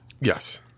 Yes